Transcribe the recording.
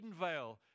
Edenvale